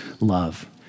love